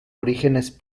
orígenes